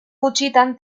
gutxitan